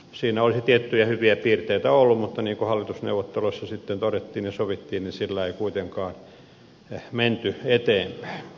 siinä olisi tiettyjä hyviä piirteitä ollut mutta niin kuin hallitusneuvotteluissa sitten todettiin ja sovittiin sillä ei kuitenkaan menty eteenpäin